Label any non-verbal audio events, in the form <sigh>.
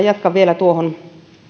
<unintelligible> jatkan vielä